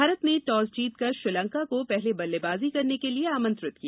भारत ने टॉस जीत कर श्रीलंका को पहले बल्लेबाजी करने के लिए आमंत्रित किया